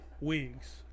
Wigs